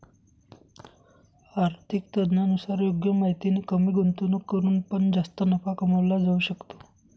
आर्थिक तज्ञांनुसार योग्य माहितीने कमी गुंतवणूक करून पण जास्त नफा कमवला जाऊ शकतो